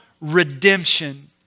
Redemption